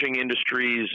industries